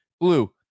Blue